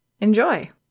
Enjoy